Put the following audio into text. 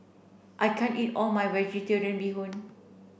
I can't eat all my vegetarian bee hoon